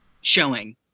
showing